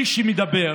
מי שמדבר,